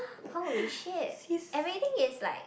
holy shit everything is like